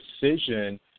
decision